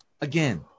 Again